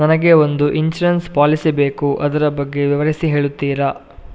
ನನಗೆ ಒಂದು insurance policy ಬೇಕು ಅದರ ಬಗ್ಗೆ ವಿವರಿಸಿ ಹೇಳುತ್ತೀರಾ?